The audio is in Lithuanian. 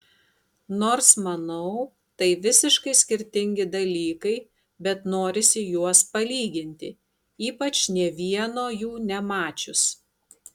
nors manau tai visiškai skirtingi dalykai bet norisi juos palyginti ypač nė vieno jų nemačius